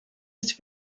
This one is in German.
ist